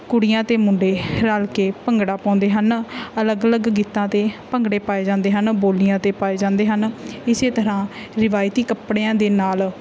ਕੁੜੀਆਂ ਅਤੇ ਮੁੰਡੇ ਰਲ ਕੇ ਭੰਗੜਾ ਪਾਉਂਦੇ ਹਨ ਅਲੱਗ ਅਲੱਗ ਗੀਤਾਂ 'ਤੇ ਭੰਗੜੇ ਪਾਏ ਜਾਂਦੇ ਹਨ ਬੋਲੀਆਂ ਅਤੇ ਪਾਏ ਜਾਂਦੇ ਹਨ ਇਸ ਤਰ੍ਹਾਂ ਰਿਵਾਇਤੀ ਕੱਪੜਿਆਂ ਦੇ ਨਾਲ